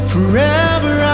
Forever